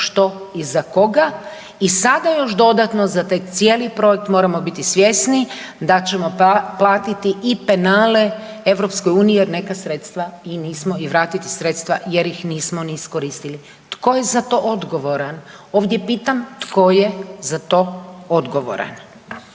što i za koga i sada još dodatno za taj cijeli projekt moramo biti svjesni da ćemo platiti i penale EU jer neka sredstva i nismo, i vratiti sredstva jer nismo ni iskoristili. Tko je za to odgovoran, ovdje pitam tko je za to odgovoran?